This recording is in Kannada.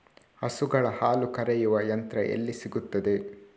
ಹಸುಗಳ ಹಾಲು ಕರೆಯುವ ಯಂತ್ರ ಎಲ್ಲಿ ಸಿಗುತ್ತದೆ?